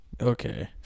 Okay